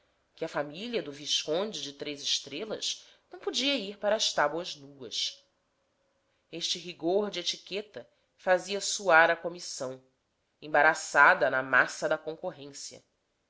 que a família do visconde de três estrelas não podia ir para as tábuas nuas este rigor de etiqueta fazia suar a comissão embaraçada na massa da concorrência